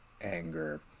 anger